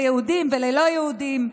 ליהודים וללא יהודים.